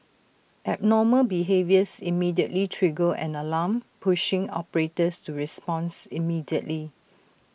abnormal behaviours immediately trigger an alarm pushing operators to responds immediately